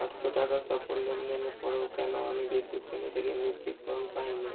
আটশো টাকার সফল লেনদেনের পরেও কেন আমি বিদ্যুৎ কেন্দ্র থেকে নিশ্চিতকরণ পাই নি